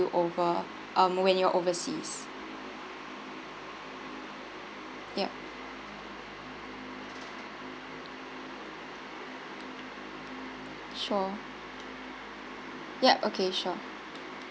over um when you are overseas ya sure ya okay sure